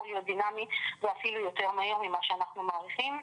להיות דינמי ואפילו יותר מהיר ממה שאנחנו מעריכים,